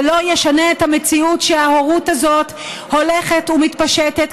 זה לא ישנה את המציאות שההורות הזאת הולכת ומתפשטת,